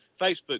Facebook